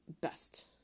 best